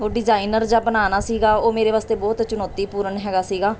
ਹੋਰ ਡਿਜਾਈਨਰ ਜਿਹਾ ਬਣਾਉਣਾ ਸੀਗਾ ਉਹ ਮੇਰੇ ਵਾਸਤੇ ਬਹੁਤ ਚੁਣੌਤੀਪੂਰਨ ਹੈਗਾ ਸੀਗਾ